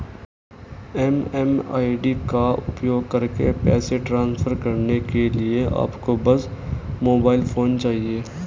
MMID का उपयोग करके पैसे ट्रांसफर करने के लिए आपको बस मोबाइल फोन चाहिए